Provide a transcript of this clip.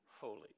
Holy